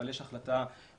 אבל יש החלטה שנוגעת,